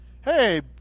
hey